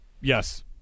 Yes